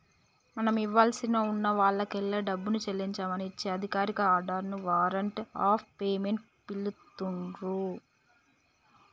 మనం ఇవ్వాల్సి ఉన్న వాల్లకెల్లి డబ్బుని చెల్లించమని ఇచ్చే అధికారిక ఆర్డర్ ని వారెంట్ ఆఫ్ పేమెంట్ పిలుత్తున్రు